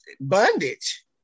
bondage